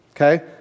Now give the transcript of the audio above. okay